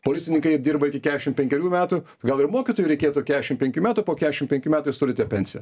policininkai dirba iki kešim penkerių metų gal ir mokytojui reikėtų kešim penkių metų po kešim penkių metų jūs turite pensiją